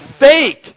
fake